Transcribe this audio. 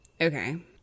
Okay